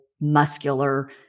muscular